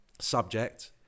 subject